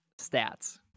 stats